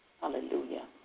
Hallelujah